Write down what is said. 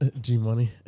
G-Money